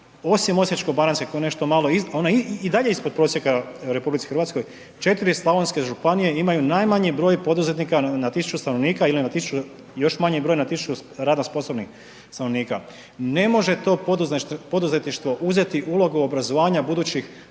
osim Osječko-baranjske koja je nešto malo iz, ona je i dalje ispod prosjeka u RH, 4 slavonske županije imaju najmanji broj poduzetnika na 1000 stanovnika ili na 1000, još manji broj na 1000 radno sposobnih stanovnika. Ne može to poduzetništvo uzeti ulogu obrazovanja budućih,